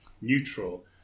neutral